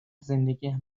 زندگیم